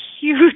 huge